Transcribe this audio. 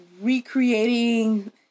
recreating